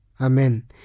amen